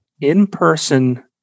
in-person